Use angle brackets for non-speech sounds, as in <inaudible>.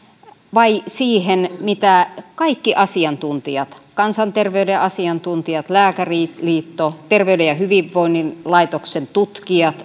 vai siihen mitä kaikki asiantuntijat kansanterveyden asiantuntijat lääkäriliitto terveyden ja hyvinvoinnin laitoksen tutkijat <unintelligible>